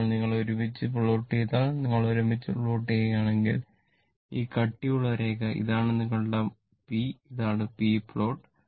ഇപ്പോൾ നിങ്ങൾ ഒരുമിച്ച് പ്ലോട്ട് ചെയ്യുമ്പോൾ നിങ്ങൾ ഒരുമിച്ച് പ്ലോട്ട് ചെയ്യുകയാണെങ്കിൽ ഈ കട്ടിയുള്ള രേഖ ഇതാണ് നിങ്ങളുടെ p ഇതാണ് p പ്ലോട്ട്